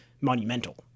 monumental